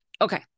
Okay